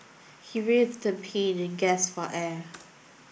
he writhed in pain and gasped for air